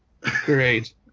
Great